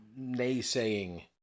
naysaying